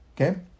okay